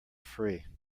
free